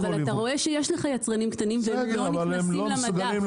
אבל אתה רואה שיש לך יצרנים קטנים והם לא נכנסים למדף.